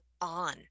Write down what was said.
on